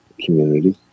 community